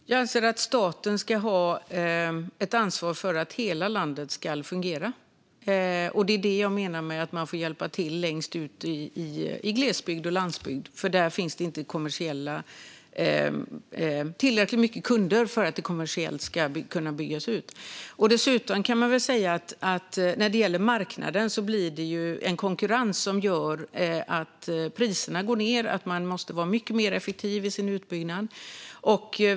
Fru talman! Jag anser att staten ska ha ett ansvar för att hela landet fungerar. Det är det jag menar med att man får hjälpa till längst ut i glesbygd och landsbygd, för där finns det inte tillräckligt mycket kunder för en kommersiell utbyggnad. När det gäller marknaden kan man väl dessutom säga att det blir en konkurrens som gör att priserna går ned och att man måste vara mycket mer effektiv i sin utbyggnad.